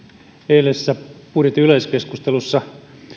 eilisessä budjetin yleiskeskustelussa